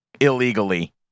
illegally